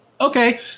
Okay